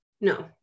No